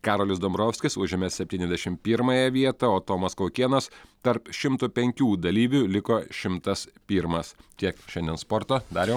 karolis dombrovskis užėmė septyniasdešim pirmąją vietą o tomas kaukėnas tarp šimto penkių dalyvių liko šimtas pirmas tiek šiandien sporto dariau